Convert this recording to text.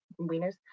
Wieners